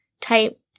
type –